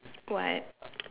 what